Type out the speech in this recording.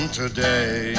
today